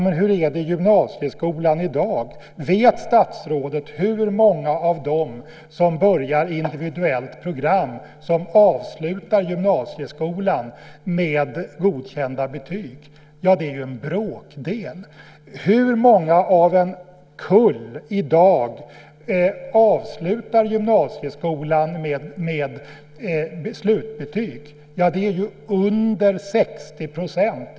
Men hur är det i gymnasieskolan i dag? Vet statsrådet hur många av dem som börjar ett individuellt program avslutar gymnasieskolan med godkända betyg? Det är en bråkdel. Hur många av en kull avslutar i dag gymnasieskolan med slutbetyg? Det är färre än 60 %.